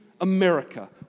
America